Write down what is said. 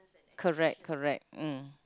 correct correct mm